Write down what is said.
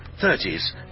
thirties